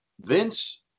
Vince